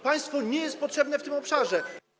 Państwo nie jest potrzebne w tym obszarze.